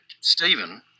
Stephen